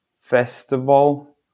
festival